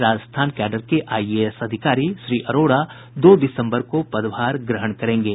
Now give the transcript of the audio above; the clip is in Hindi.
राजस्थान कैडर के आईएएस अधिकारी श्री अरोड़ा दो दिसम्बर को पदभार ग्रहण करेंगे